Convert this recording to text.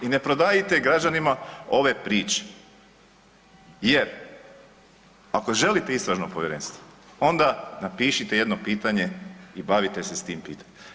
I ne prodajte građanima ove priče jer ako želite istražno povjerenstvo onda napišite jedno pitanje i bavite se s tim pitanjem.